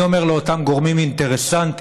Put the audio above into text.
אני אומר לאותם גורמים אינטרסנטיים: